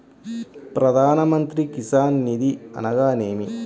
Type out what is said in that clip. ప్రధాన మంత్రి కిసాన్ నిధి అనగా నేమి?